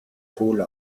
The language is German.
pole